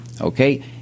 Okay